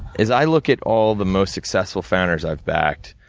as i look at all the most successful founders i've backed,